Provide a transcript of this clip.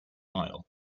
aisle